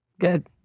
good